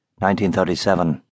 1937